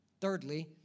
Thirdly